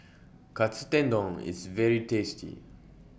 Katsu Tendon IS very tasty